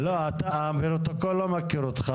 לא, הפרוטוקול לא מכיר אותך.